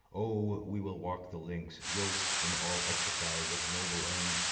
oh, we will walk the links yoked in all exercise of noble end,